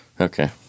Okay